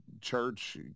church